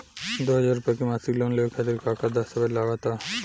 दो हज़ार रुपया के मासिक लोन लेवे खातिर का का दस्तावेजऽ लग त?